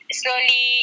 slowly